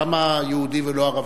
למה יהודי ולא ערבי?